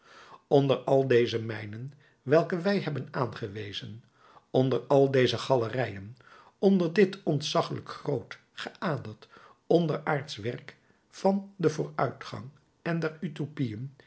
onder al deze mijnen welke wij hebben aangewezen onder al deze galerijen onder dit ontzaggelijk groot geaderd onderaardsch werk van den vooruitgang en der utopieën